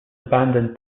abandoned